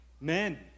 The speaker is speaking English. Men